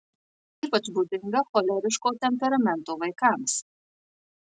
tai ypač būdinga choleriško temperamento vaikams